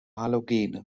halogene